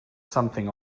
something